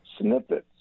snippets